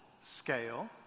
scale